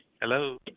Hello